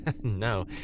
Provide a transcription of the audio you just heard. No